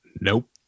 Nope